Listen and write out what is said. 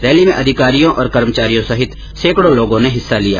rally में अधिकारियों और कर्मचारियों सहित सैकड़ों लोगों ने हिस्सा लिया